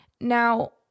Now